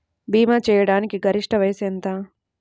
భీమా చేయాటానికి గరిష్ట వయస్సు ఎంత?